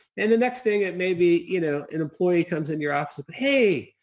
and the next thing it may be you know an employee comes in your office, hey,